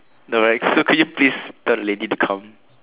alright so can you please tell the lady to come